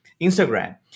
Instagram